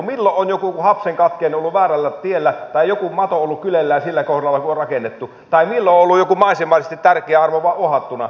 milloin on joku hapsenkakkiainen ollut väärällä tiellä tai joku mato ollut kyljellään sillä kohdalla missä on rakennettu tai milloin on ollut joku maisemallisesti tärkeä arvo uhattuna